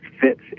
fits